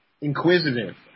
inquisitive